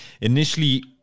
Initially